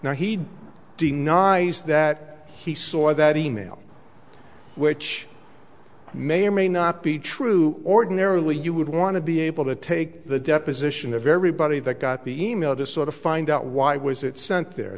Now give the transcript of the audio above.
now he denies that he saw that e mail which may or may not be true ordinarily you would want to be able to take the deposition of everybody that got the e mail to sort of find out why was it sent there